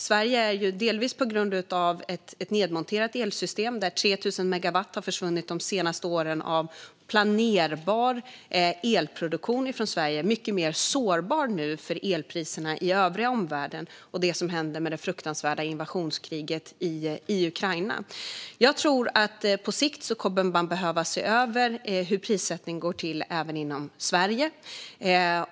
Sverige är, delvis på grund av ett nedmonterat elsystem där 3 000 megawatt planerbar elproduktion har försvunnit från Sverige de senaste åren, mycket mer sårbart nu för elpriserna i övriga omvärlden och det som händer med det fruktansvärda invasionskriget i Ukraina. Jag tror att man på sikt kommer att behöva se över hur prissättningen går till även inom Sverige.